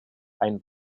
ein